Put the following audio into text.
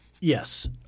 Yes